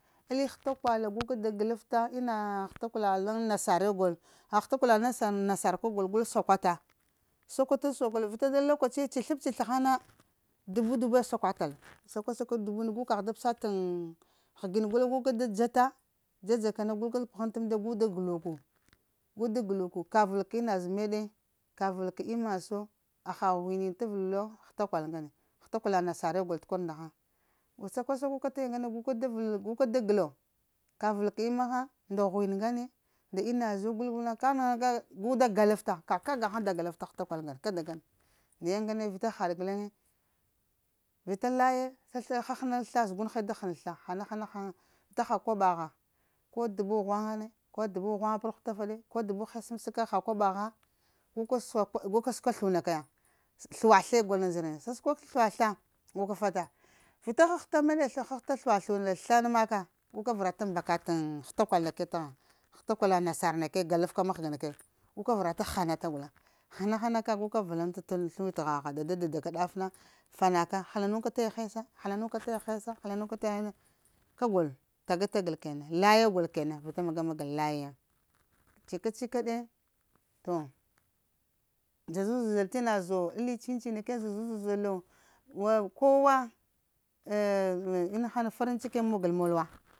Alu thatakul guka da galfta ena hatakula lang nassare angul aha hatakula lang nassara kagulo no nagul sasakuta, shakuta salla wawo lokacin chithap chitha nango dubu dbue sakutalowo shaku sakual dubu dubuna gukah da passa gini gullen guka da jata sajakana guka da pahanta amɗiya gu da galuka guda galuku guka vall ena zowo medde ka vallka enna zowo aha ghuini talvalowo an ghatakul ngane ghatakula nassare gull korowo ndahng sakuwasakuaka taya ngane guka da gallowo ka valka emmi mahang nda gumi ngane nda enazo gu da galfata kanahta gu da galfta kaka ghang da galfta ghatakul ngane kadakada naye ngane vita laya hahanal tha. a zugnahe da han tha. a hanahahang vita haha kobo na dubu ghunga batt ghutafade ko dubu hessamsaka aha koboha maka suka thiwi tha. a guka fata vita hahata medde hahata thiwi tha. a maka nagu maka mbakata ghatakula nassarna kaya galtaka mahganakaya guka varta ghanata gulleng hanahanaka guka vulant anga lang thiwitaha daɗaka daffa na chanaka halunka taya hessa halanuka taya hessa halanuka taya kagul taga tagalowo laya kagol kenan magamagal layaya chika chikade toh zazuzal tina zowo alli chincinakaya zazuzalowo kowa farin chikiye mogulowo mugul malawa.